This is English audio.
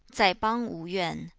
zai bang wu yuan,